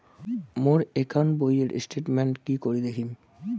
মোর account বইয়ের statement কি করি দেখিম?